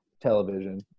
television